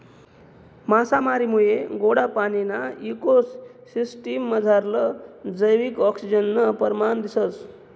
मासामारीमुये गोडा पाणीना इको सिसटिम मझारलं जैविक आक्सिजननं परमाण दिसंस